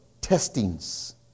testings